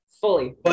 fully